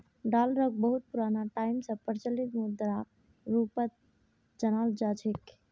डालरक बहुत पुराना टाइम स प्रचलित मुद्राक रूपत जानाल जा छेक